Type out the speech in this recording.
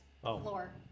floor